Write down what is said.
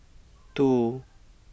two